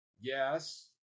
Yes